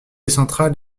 central